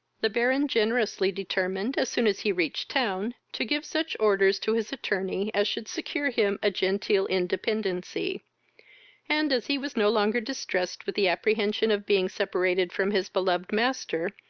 the baron generously determined, as soon as he reached town, to give such orders to his attorney as should secure him a genteel independency and, as he was no longer distressed with the apprehension of being separated from his beloved master,